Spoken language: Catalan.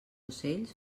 ocells